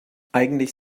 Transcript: eigentlich